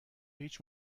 هیچ